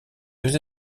deux